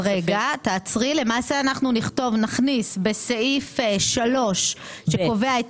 רגע, למעשה אנחנו נכתוב: בסעיף 3(ב) שקובע את